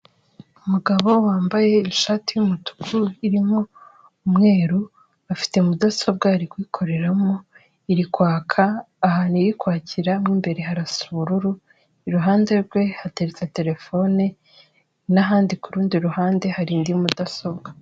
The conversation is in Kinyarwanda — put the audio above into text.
Umugabo wambaye ishati y'umutuku irimo umweru, afite mudasobwa ari kuyikoreramo iri kwaka ahantu iri kwakira mw'imbere harasara ubururu iruhande rwe hateretse telefone n'ahandi kurundi ruhande hari indi mudasobwa.